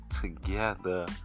together